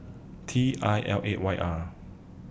T I L eight Y R